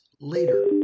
later